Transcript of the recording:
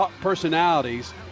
personalities